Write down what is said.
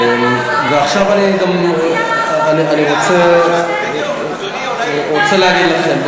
ועכשיו, אני גם רוצה להגיד לכם: